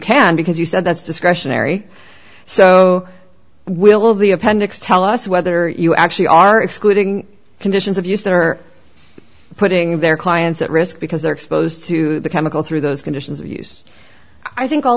can because you said that's discretionary so will the appendix tell us whether you actually are excluding conditions of use that are putting their clients at risk because they're exposed to the chemical through those conditions of use i think all